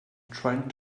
trying